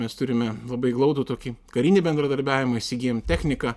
mes turime labai glaudų tokį karinį bendradarbiavimą įsigijom techniką